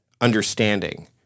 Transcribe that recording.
understanding